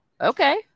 Okay